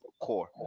core